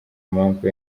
mpamvu